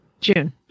June